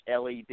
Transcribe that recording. LED